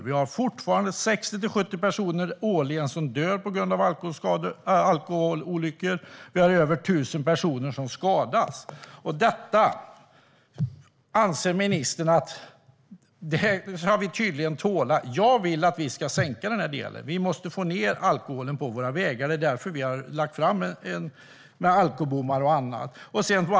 Vi har fortfarande 60-70 personer årligen som dör på grund av alkoholrelaterade olyckor, och vi har över 1 000 personer som skadas. Detta anser ministern tydligen att vi ska tåla. Jag vill att vi ska sänka den delen. Vi måste minska alkoholen på våra vägar. Det är därför vi har lagt fram förslag om alkobommar och annat.